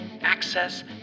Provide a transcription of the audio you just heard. access